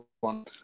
one